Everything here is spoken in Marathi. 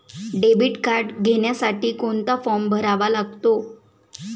डेबिट कार्ड घेण्यासाठी कोणता फॉर्म भरावा लागतो?